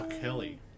Kelly